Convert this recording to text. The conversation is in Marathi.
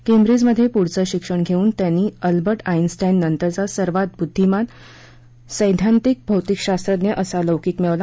केंद्रीजमधे पुढचं शिक्षण घेऊन त्यांनी अल्बर्ट आईनस्टाईननंतरचा सर्वात बुद्धिमान सद्धांतिक भौतिकशास्त्रज्ञ असा लौकीक मिळवला